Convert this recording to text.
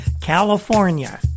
california